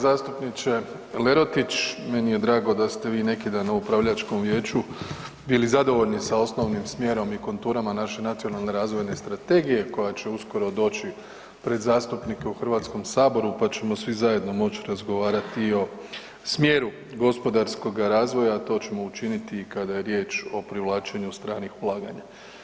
Zastupniče Lerotić, meni je drago da ste vi neki dan na upravljačkom vijeću bili zadovoljni sa osnovnim smjerom i konturama naše nacionalne razvojne strategije koja će uskoro doći pred zastupnike u HS-u pa ćemo svi zajedno moći razgovarati i o smjeru gospodarskoga razvoja, a to ćemo učiniti i kada je riječ o privlačenju stranih ulaganja.